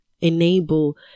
enable